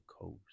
Coast